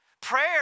Prayer